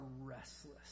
Restless